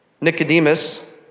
Nicodemus